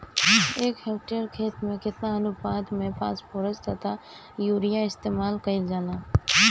एक हेक्टयर खेत में केतना अनुपात में फासफोरस तथा यूरीया इस्तेमाल कईल जाला कईल जाला?